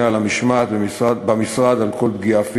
על המשמעת במשרד על כל פגיעה פיזית,